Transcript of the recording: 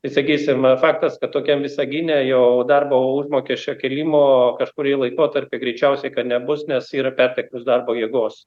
tai sakysim faktas kad tokiam visagine jau darbo užmokesčio kėlimo kažkurį laikotarpį greičiausiai kad nebus nes yra perteklius darbo jėgos